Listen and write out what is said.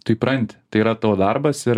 tu įpranti tai yra tavo darbas ir